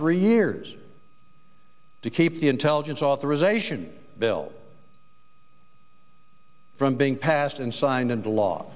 three years to keep the intelligence authorization bill from being passed and signed into law